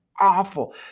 awful